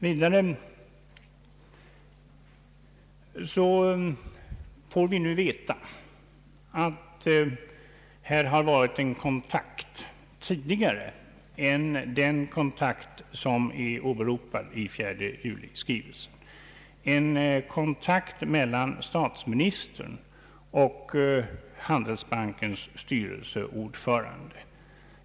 Vidare får vi nu veta att det har förekommit en kontakt tidigare än den som åberopats i skrivelsen den 4 juli — en kontakt mellan statsministern och Handelsbankens styrelseordförande.